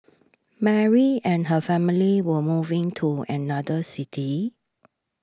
Mary and her family were moving to another city